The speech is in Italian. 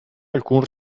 alcun